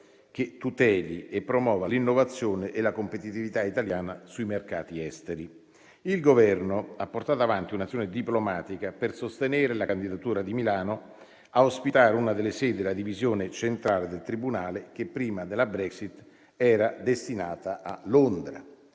che tuteli e promuova l'innovazione e la competitività italiana sui mercati esteri. Il Governo ha portato avanti un'azione diplomatica per sostenere la candidatura di Milano a ospitare una delle sedi della divisione centrale del Tribunale, che prima della Brexit era destinata a Londra.